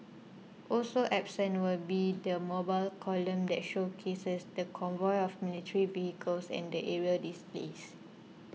also absent will be the mobile column that showcases the convoy of military vehicles and the aerial displays